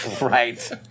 Right